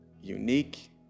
unique